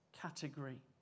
category